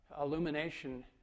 illumination